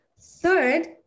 third